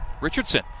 Richardson